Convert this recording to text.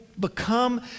become